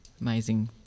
Amazing